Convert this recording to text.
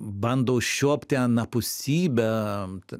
bando užčiuopti anapusybę